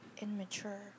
immature